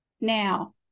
now